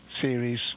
series